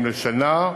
לשנה.